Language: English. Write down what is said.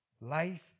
life